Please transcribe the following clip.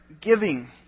giving